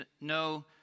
no